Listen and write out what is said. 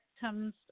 comes